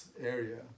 area